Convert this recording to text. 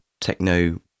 techno